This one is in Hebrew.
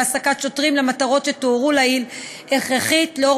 והעסקת שוטרים למטרות שתוארו לעיל הכרחית לאור